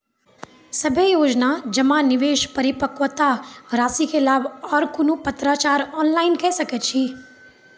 सभे योजना जमा, निवेश, परिपक्वता रासि के लाभ आर कुनू पत्राचार ऑनलाइन के सकैत छी?